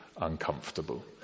uncomfortable